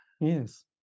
Yes